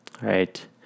right